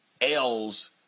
l's